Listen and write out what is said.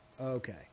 Okay